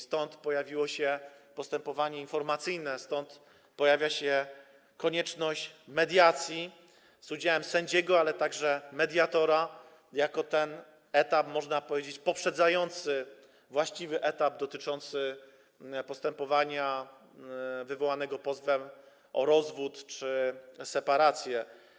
Stąd pojawiło się postępowanie informacyjne, stąd pojawia się konieczność przeprowadzania mediacji z udziałem sędziego, ale także mediatora, jako etap, można powiedzieć, poprzedzający właściwy etap postępowania wywołanego pozwem o rozwód czy separację.